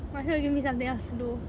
faster give me something else to do